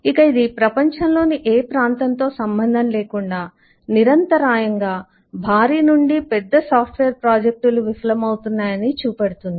ఇక ఇది ప్రపంచంలోని ఏ ప్రాంతంతో సంబంధం లేకుండా నిరంతరాయంగా భారీ నుండి పెద్ద సాఫ్ట్వేర్ ప్రాజెక్టులు విఫలం అవుతున్నాయని చూపెడుతుంది